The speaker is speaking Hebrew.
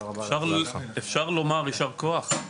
אפשר לומר יישר כוח?